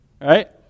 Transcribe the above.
right